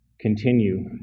continue